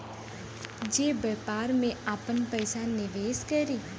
जे व्यापार में आपन पइसा निवेस करी